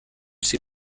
ces